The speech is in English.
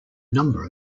number